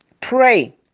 Pray